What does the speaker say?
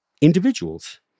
individuals